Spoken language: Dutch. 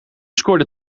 scoorde